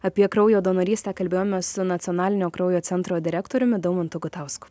apie kraujo donorystę kalbėjomės su nacionalinio kraujo centro direktoriumi daumantu gutausku